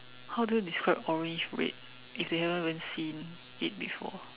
how do you describe orange red if they haven't even seen it before